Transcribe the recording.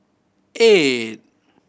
eight